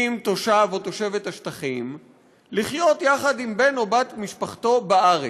עם תושב או תושבת השטחים לחיות עם בן או בת משפחתו בארץ,